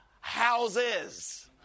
houses